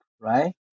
right